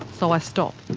so i stop.